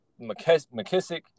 McKissick